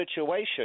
situation